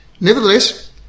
Nevertheless